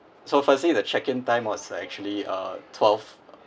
so firstly the check in time was actually uh twelve